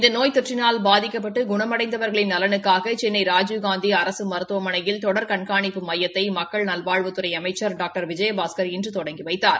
இந்த நோய் தொற்றினால் பாதிக்கப்பட்டு குணமடைந்தவா்களின் நலனுக்காக சென்னை ராஜீவ்காந்தி அரசு மருத்துவமனையில் தொடர் கண்காணிப்பு மையத்தினை மக்கள் நல்வழ்வுத்துறை அமைச்சள் டாக்டர் விஜயபாஸ்கர் இன்று தொடங்கி வைத்தார்